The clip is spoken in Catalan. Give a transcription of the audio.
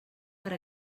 per